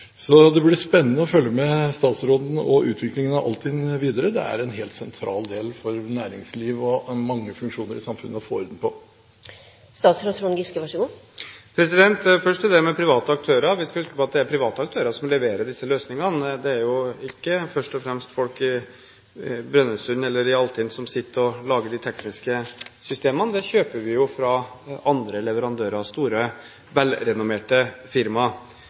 Så det blir spennende å følge med på statsråden og utviklingen av Altinn videre. Det er helt sentralt for næringslivet og mange funksjoner i samfunnet å få orden på dette. Først til det med private aktører. Vi skal huske på at det er private aktører som leverer disse løsningene. Det er ikke først og fremst folk i Brønnøysund eller i Altinn som sitter og lager de tekniske systemene, de kjøper vi jo fra andre leverandører – store, velrenommerte firmaer.